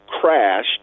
crashed